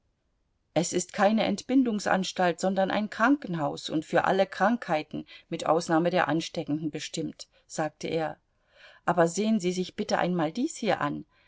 es ist keine entbindungsanstalt sondern ein krankenhaus und für alle krankheiten mit ausnahme der ansteckenden bestimmt sagte er aber sehen sie sich bitte einmal dies hier an